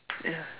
yeah